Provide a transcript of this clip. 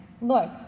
look